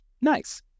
nice